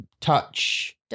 touch